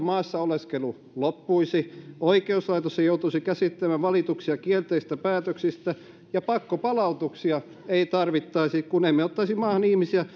maassa oleskelu loppuisi oikeuslaitos ei joutuisi käsittelemään valituksia kielteisistä päätöksistä ja pakkopalautuksia ei tarvittaisi kun emme ottaisi maahan ihmisiä